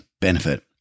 benefit